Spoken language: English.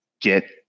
Get